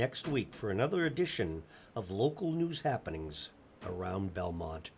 next week for another edition of local news happenings around belmont